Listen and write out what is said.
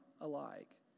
alike